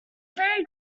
very